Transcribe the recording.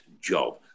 job